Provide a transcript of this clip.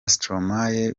stromae